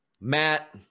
Matt